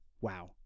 wow